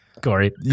Corey